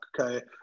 okay